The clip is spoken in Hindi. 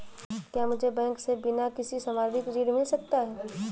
क्या मुझे बैंक से बिना किसी संपार्श्विक के ऋण मिल सकता है?